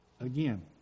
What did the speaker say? Again